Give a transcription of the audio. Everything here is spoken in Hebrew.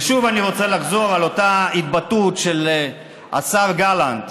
ושוב אני רוצה לחזור על אותה התבטאות של השר גלנט,